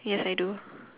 yes I do